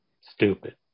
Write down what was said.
stupid